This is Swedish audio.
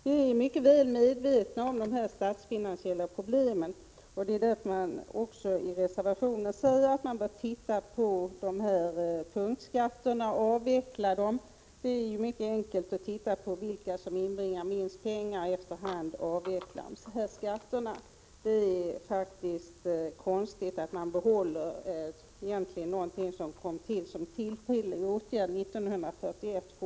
Vi är mycket väl medvetna om dagens statsfinansiella problem — det är därför det i reservationen sägs att man bör göra en översyn av punktskatterna och avveckla dem. Det är mycket enkelt att se efter vilka som inbringar minst pengar och efter hand avveckla dem. Det är faktiskt egentligen konstigt att man fortfarande 1987 behåller någonting som kom till som en tillfällig åtgärd 1941.